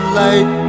light